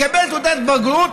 לקבל תעודת בגרות.